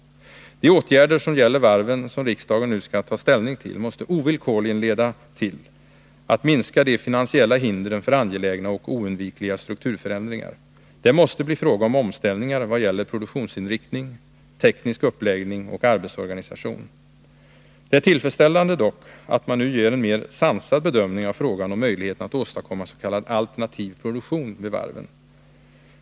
De åtgärder i vad gäller varven som riksdagen nu skall ta ställning till måste ovillkorligen leda till en minskning av de finansiella hindren för angelägna och oundvikliga strukturförändringar. Det måste bli fråga om omställningar i 57 vad gäller produktionsinriktning, teknisk uppläggning och arbetsorganisation. Det är dock tillfredsställande att man nu ger en mer sansad bedömning av frågan om möjligheterna att åstadkomma s.k. alternativ produktion vid varven.